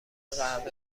قهوه